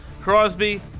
Crosby